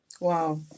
wow